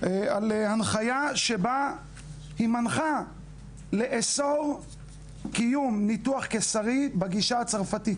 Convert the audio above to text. הנחיה בה היא מנחה לאסור קיום ניתוח קיסרי בגישה הצרפתית.